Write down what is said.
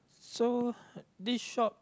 so this shop